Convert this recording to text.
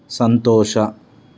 ಸಂತೋಷ